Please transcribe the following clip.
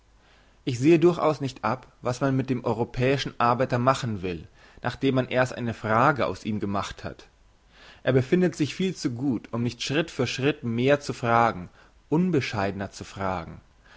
ich sehe durchaus nicht ab was man mit dem europäischen arbeiter machen will nachdem man erst eine frage aus ihm gemacht hat er befindet sich viel zu gut um nicht schritt für schritt mehr zu fragen unbescheidner zu fragen